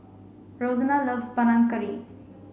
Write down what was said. Rosena loves Panang Curry